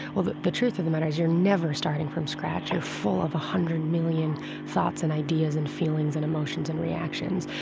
well, the the truth of the matter is you're never starting from scratch. you're full of a hundred million thoughts and ideas and feelings and emotions and reactions.